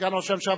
סגן ראש הממשלה,